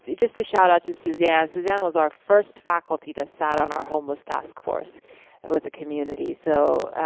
just a shout out to suzanne. suzanne was our first faculty that sat on our homeless task force with the community. so,